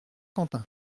quentin